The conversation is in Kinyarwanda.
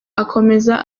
akomeza